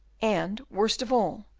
and, worst of all,